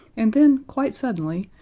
and then, quite suddenly,